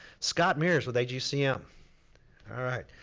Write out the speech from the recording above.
scott meares with ag cm. all right.